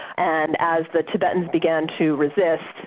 and as the tibetans began to resist,